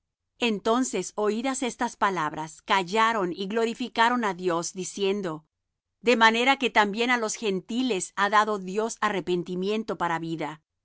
entonces oídas estas cosas callaron y glorificaron á dios diciendo de manera que también á los gentiles ha dado dios arrepentimiento para vida